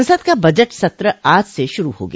संसद का बजट सत्र आज से शुरू हो गया